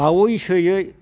बावैसोयै